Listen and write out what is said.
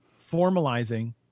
formalizing